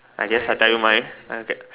I guess I tell you mine I'll get